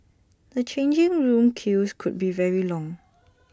the changing room queues could be very long